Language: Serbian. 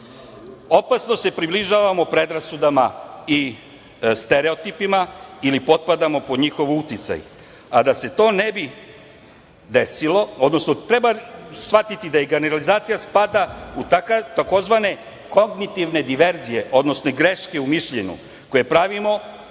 opasno se približavamo predrasudama i stereotipima ili potpadamo pod njihov uticaj, a da se to ne bi desilo, odnosno treba shvatiti da generalizacija spada u tzv. kognitivne diverzije, odnosno greške u mišljenju koje pravimo